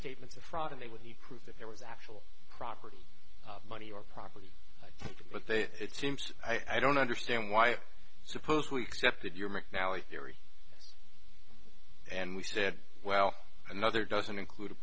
statements of fraud and they would be proof that there was actual property money or property but they it seems i don't understand why i suppose we accepted your mcnally theory and we said well another doesn't include